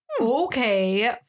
Okay